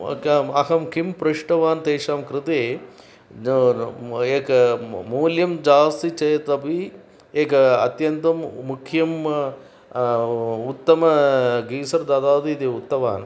अहं अहं किं पृष्टवान् तेषां कृते द् र् म् एकं म् मूल्यं जास्ति चेतपि एकम् अत्यन्तं मुख्यम् उत्तमं गीसर् ददातु इति उक्तवान्